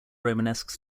romanesque